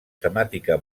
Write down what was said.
temàtica